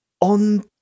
on